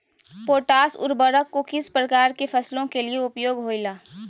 Potash उर्वरक को किस प्रकार के फसलों के लिए उपयोग होईला?